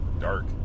Dark